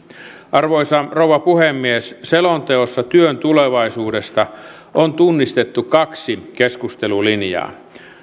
arvoisa rouva puhemies selonteossa työn tulevaisuudesta on tunnistettu kaksi keskustelulinjaa